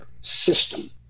system